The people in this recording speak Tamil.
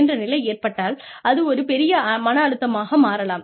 என்ற நிலை ஏற்பட்டால் அது ஒரு பெரிய மன அழுத்தமாக மாறலாம்